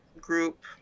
group